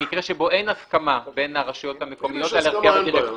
במקרה שבו אין הסכמה בין הרשויות המקומיות על הרכב הדירקטוריון.